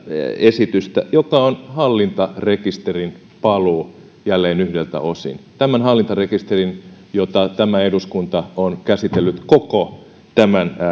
esitystä joka on hallintarekisterin paluu jälleen yhdeltä osin hallintarekisterin jota tämä eduskunta on käsitellyt koko tämän